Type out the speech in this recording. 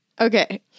Okay